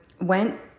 went